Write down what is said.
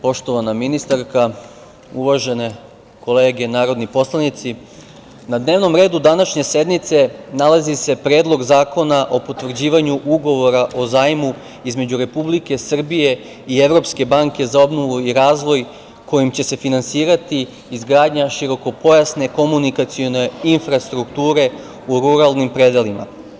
Poštovana ministarka, uvažene kolege narodni poslanici, na dnevnom redu današnje sednice nalazi se Predlog zakona o potvrđivanju Ugovora o zajmu između Republike Srbije i Evropske banke za obnovu i razvoj, kojim će se finansirati izgradnja širokopojasne komunikacione infrastrukture u ruralnim predelima.